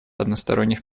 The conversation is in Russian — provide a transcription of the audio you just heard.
односторонних